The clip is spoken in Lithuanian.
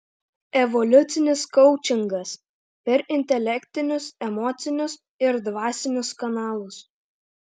evoliucinis koučingas per intelektinius emocinius ir dvasinius kanalus